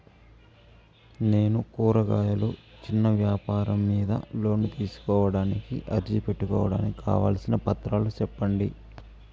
నేను కూరగాయలు చిన్న వ్యాపారం మీద లోను తీసుకోడానికి అర్జీ పెట్టుకోవడానికి కావాల్సిన పత్రాలు సెప్పండి?